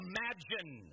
Imagine